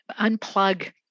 unplug